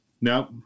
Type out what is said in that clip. No